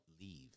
leave